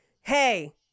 hey